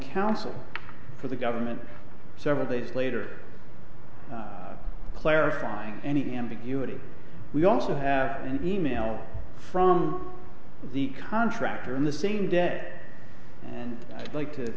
counsel for the government several days later clarifying any ambiguity we also have an e mail from the contractor in the same day and i like to